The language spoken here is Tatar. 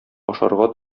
ашарга